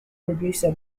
producer